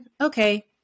Okay